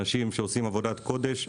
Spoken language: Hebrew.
אנשים שעושים עבודת קודש,